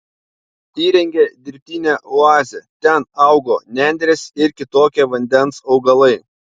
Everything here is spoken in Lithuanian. įrengė dirbtinę oazę ten augo nendrės ir kitokie vandens augalai